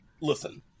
listen